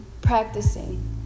practicing